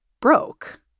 broke